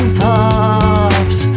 pops